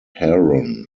heron